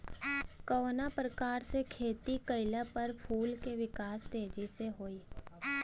कवना प्रकार से खेती कइला पर फूल के विकास तेजी से होयी?